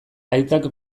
aitak